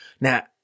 Now